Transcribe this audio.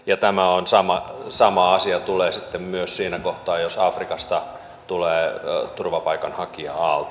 ja tämä sama asia tulee sitten myös siinä kohtaa jos afrikasta tulee turvapaikanhakija aalto